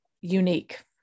unique